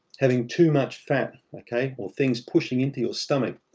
having too much fat, okay, or things pushing into your stomach.